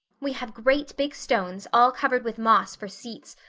we have great big stones, all covered with moss, for seats,